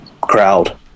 crowd